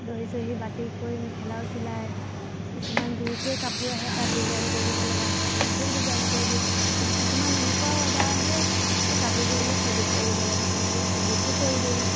দহি চহি বাতি কৰি মেখেলাও চিলাই কিছুমান যোৰকৈ কাপোৰ আহে তাত ডিজাইন কৰি দিব লগা হয় তেনেকৈও ডিজাইন কৰি দিওঁ কিছুমান এনেকুৱাও অৰ্ডাৰ আহে এই কাপোৰযোৰ বোলে ফেব্ৰিক কৰি দিব লাগে তেনেকৈ ফেব্ৰিকো কৰি দিওঁ